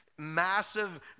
massive